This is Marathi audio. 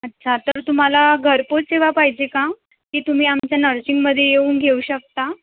अच्छा तर तुम्हाला घरपोच सेवा पाहिजे का की तुम्ही आमच्या नर्सिंगमध्ये येऊन घेऊ शकता